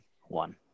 One